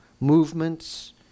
movements